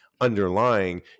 underlying